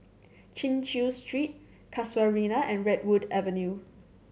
Chin Chew Street Casuarina and Redwood Avenue